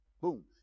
Boom